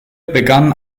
begann